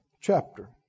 chapter